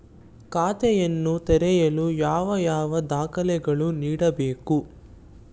ಖಾತೆಯನ್ನು ತೆರೆಯಲು ಯಾವ ಯಾವ ದಾಖಲೆಗಳನ್ನು ನೀಡಬೇಕು?